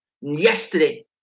Yesterday